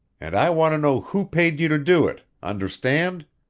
and i want to know who paid you to do it understand?